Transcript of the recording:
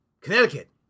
Connecticut